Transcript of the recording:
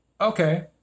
okay